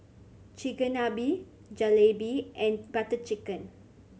Chigenabe Jalebi and Butter Chicken